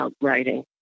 writing